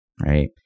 right